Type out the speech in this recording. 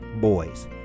boys